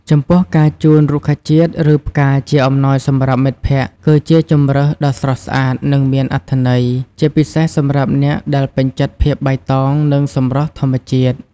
ចំពោះការជូនរុក្ខជាតិ ឬផ្កា ជាអំណោយសម្រាប់មិត្តភក្តិ គឺជាជម្រើសដ៏ស្រស់ស្អាត និងមានអត្ថន័យ ជាពិសេសសម្រាប់អ្នកដែលពេញចិត្តភាពបៃតង និងសម្រស់ធម្មជាតិ។